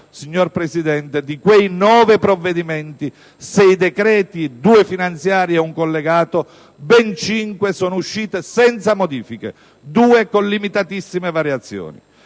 signor Presidente, di quei nove provvedimenti (sei decreti, due finanziarie e un collegato), ben cinque sono usciti senza modifiche, due con limitatissime variazioni.